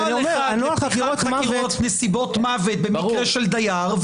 נוהל אחד לחקירת נסיבות מוות במקרה של דייר,